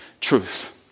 truth